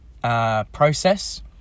process